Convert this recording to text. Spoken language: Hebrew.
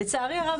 לצערי הרב,